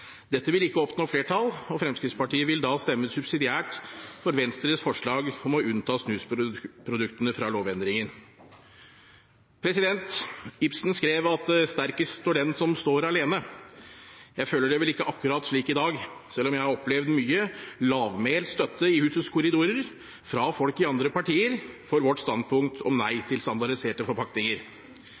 Dette vil ikke oppnå flertall, og Fremskrittspartiet vil da stemme subsidiært for Venstres forslag om å unnta snusproduktene fra lovendringen. Ibsen skrev at sterkest står den «som står alene». Jeg føler det vel ikke akkurat slik i dag, selv om jeg har opplevd mye lavmælt støtte i husets korridorer – fra folk i andre partier – for vårt standpunkt om nei til standardiserte forpakninger.